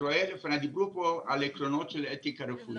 דיברו פה על עקרונות של אתיקה רפואית,